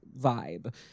vibe